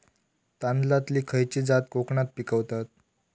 तांदलतली खयची जात कोकणात पिकवतत?